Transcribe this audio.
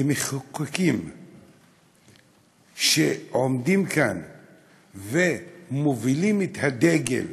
כמחוקקים שעומדים כאן ומובילים את הדגל